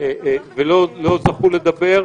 ולא זכו לדבר,